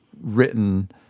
written